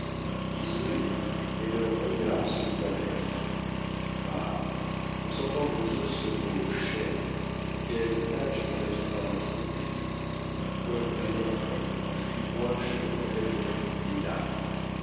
ils obéirent mais leurs regards se voilèrent ah pour s'entendre dire ce mot chers quelles tâches n'aurait-on pas entreprises comme les enfants j'eus moins chaud quand elle ne fut plus là